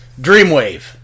Dreamwave